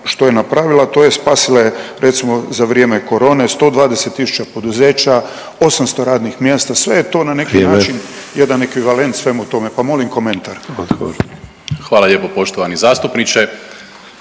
što je napravila, a to je spasila je recimo za vrijeme corone 120 000 poduzeća, 800 radnih mjesta. Sve je to na neki način jedan ekvivalent svemu tome, pa molim komentar. **Sanader, Ante